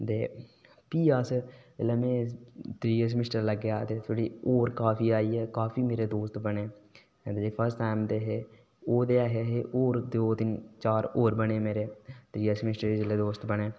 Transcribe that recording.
ते फ्ही अस जिसलै त्रीयै सैम्म च पुज्जे ते मेरे होर दोस्त बनी गे ओह् ते ऐहे गै फ्ही मेरे होर नमें दोस्त बने